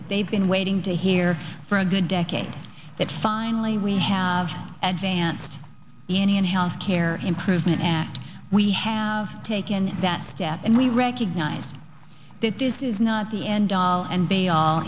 that they've been waiting to hear for a good decade that finally we have advanced indian health care improvement act we have taken that step and we recognize that this is not the end all and they a